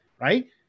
right